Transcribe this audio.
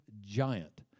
giant